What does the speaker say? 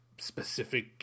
specific